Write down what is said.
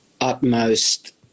utmost